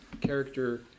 character